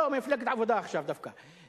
לא, מפלגת העבודה דווקא עכשיו.